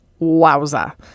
Wowza